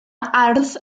ardd